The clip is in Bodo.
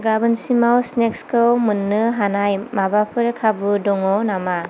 गाबोनसिमाव स्नेक्सखौ मोन्नो हानाय माबाफोर खाबु दङ नामा